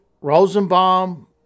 Rosenbaum